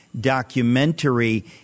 documentary